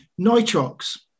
Nitrox